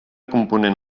component